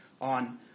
On